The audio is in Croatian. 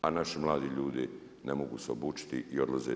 A naši mladi ljudi ne mogu se obučiti i odlaze.